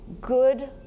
good